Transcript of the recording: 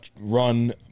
run